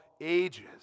ages